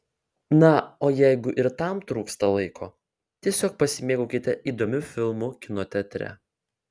na o jeigu ir tam trūksta laiko tiesiog pasimėgaukite įdomiu filmu kino teatre